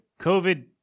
COVID